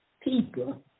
people